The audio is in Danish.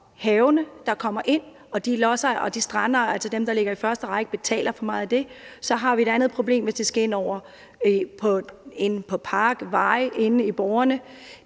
havvand, der kommer ind, og de lodsejere og strandejere, der ligger i første række, betaler for meget af det, så har vi et andet problem, hvis det går ind over parker, veje, hos borgerne.